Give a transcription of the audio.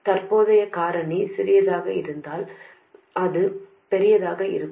தற்போதைய காரணி சிறியதாக இருந்தால் அது பெரியதாக இருக்கும்